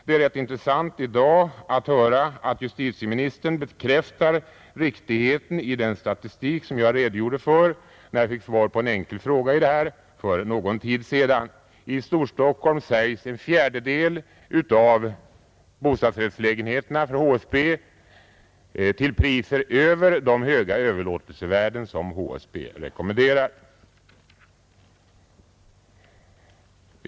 Det är rätt intressant att i dag höra att justitieministern bekräftar riktigheten av den statistik, som jag redogjorde för när jag fick svar på en enkel fråga för en tid sedan: i Storstockholm säljs en fjärdedel av bostadsrättslägenheterna inom HSB till priser över de höga överlåtelsevärden som HSB rekommenderar.